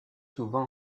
souvent